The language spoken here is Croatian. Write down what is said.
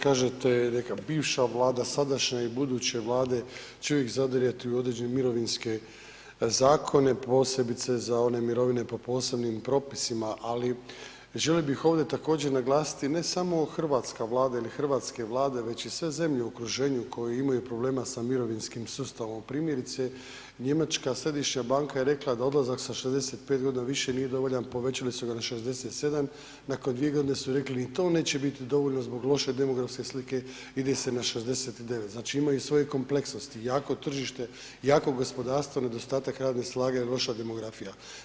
Kažete, neka bivša vlada, sadašnja i buduće vlade će uvijek zadirati u određene mirovinske zakone, posebice za one mirovine po posebnim propisima, ali, želio bih ovdje također naglasiti, ne samo hrvatska Vlada ili hrvatske Vlade već i sve zemlje u okruženju koje imaju problema sa mirovinskim sustavom primjerice, njemačka središnja banka je rekla da odlazak sa 65 godina više nije dovoljan, povećali su ga na 67, nakon 2 godine su rekli, ni to neće biti dovoljno zbog loše demografske slike, ide se na 69, znači imaju svoje kompleksnosti, jako tržište, jako gospodarstvo, nedostatak radne snage, loša demografija.